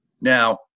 Now